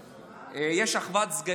יש אחוות סגנים, אז זה בסדר.